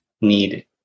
need